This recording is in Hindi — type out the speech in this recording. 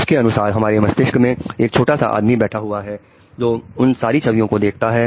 उसके अनुसार हमारे मस्तिष्क में एक छोटा सा आदमी बैठा हुआ है जो इन सारी छवियों को देखता है